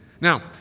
Now